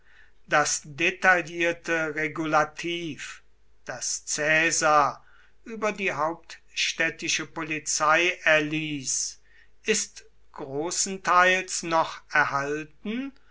das detaillierte regulativ das caesar über die hauptstädtische polizei erließ ist großenteils noch erhalten